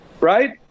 right